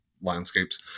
Landscapes